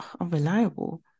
unreliable